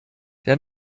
der